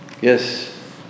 Yes